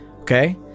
okay